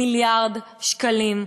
מיליארד שקלים.